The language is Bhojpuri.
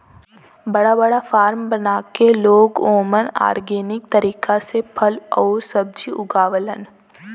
बड़ा बड़ा फार्म बना के लोग ओमन ऑर्गेनिक तरीका से फल आउर सब्जी उगावलन